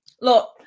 look